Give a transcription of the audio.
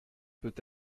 peut